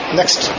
Next